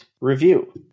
review